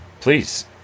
please